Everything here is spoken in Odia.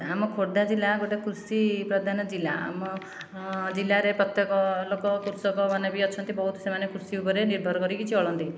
ଆମ ଖୋର୍ଦ୍ଧା ଜିଲ୍ଲା ଗୋଟିଏ କୃଷି ପ୍ରଧାନ ଜିଲ୍ଲା ଆମ ଜିଲ୍ଲାରେ ପ୍ରତ୍ୟେକ ଲୋକ କୃଷକମାନେ ବି ଅଛନ୍ତି ବହୁତ ସେମାନେ କୃଷି ଉପରେ ନିର୍ଭର କରିକି ଚଳନ୍ତି